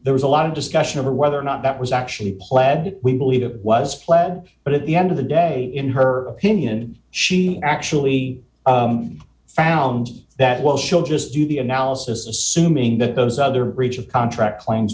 there was a lot of discussion over whether or not that was actually pled we believe it was but at the end of the day in her opinion she actually found that well she'll just do the analysis assuming that those other reach of contract claims